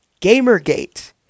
Gamergate